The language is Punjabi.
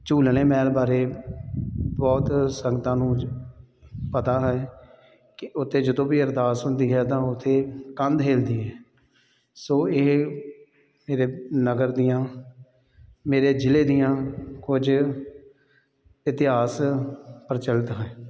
ਝੂਲਣੇ ਮਹਿਲ ਬਾਰੇ ਬਹੁਤ ਸੰਗਤਾਂ ਨੂੰ ਪਤਾ ਹੈ ਕਿ ਉੱਥੇ ਜਦੋਂ ਵੀ ਅਰਦਾਸ ਹੁੰਦੀ ਹੈ ਤਾਂ ਉੱਥੇ ਕੰਧ ਹਿਲਦੀ ਹੈ ਸੋ ਇਹ ਮੇਰੇ ਨਗਰ ਦੀਆਂ ਮੇਰੇ ਜ਼ਿਲ੍ਹੇ ਦੀਆਂ ਕੁਝ ਇਤਿਹਾਸ ਪ੍ਰਚਲਿਤ ਹੈ